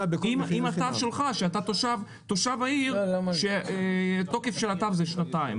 עם התו שלך שאתה תושב העיר שהתוקף של התו הוא שנתיים,